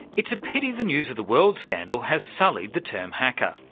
it's a pity the news of the world scandal has sullied the term hacker.